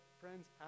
friends